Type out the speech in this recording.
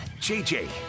JJ